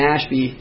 Ashby